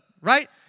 right